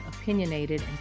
opinionated